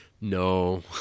No